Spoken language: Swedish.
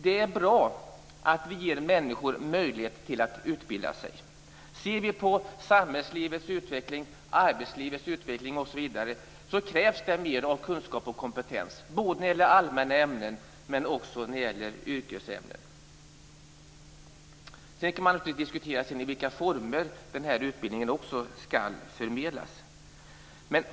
Det är bra att vi ger människor möjligheter att utbilda sig. Ser vi på samhällslivets och arbetslivets utveckling krävs det mer av kunskap och kompetens i både allmänna ämnen och yrkesämnen. Sedan går det att diskutera i vilka former utbildningen skall förmedlas.